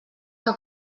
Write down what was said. que